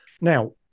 Now